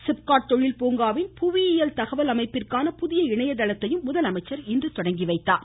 சிப்காட் தொழில் பூங்காவின் புவியியல் தகவல் அமைப்பிற்கான புதிய இணையதளத்தையும் முதலமைச்சர் இன்று தொடங்கிவைத்தார்